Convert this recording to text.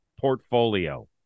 portfolio